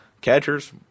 Catchers